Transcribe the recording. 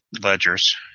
ledgers